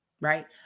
right